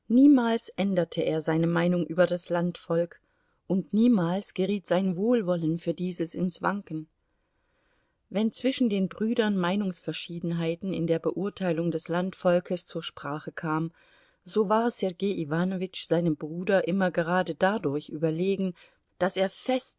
niemals änderte er seine meinung über das landvolk und niemals geriet sein wohlwollen für dieses ins wanken wenn zwischen den brüdern meinungsverschiedenheiten in der beurteilung des landvolkes zur sprache kamen so war sergei iwanowitsch seinem bruder immer gerade dadurch überlegen daß er fest